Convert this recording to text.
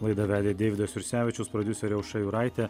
laidą vedė deividas jursevičius prodiuserė aušra juraitė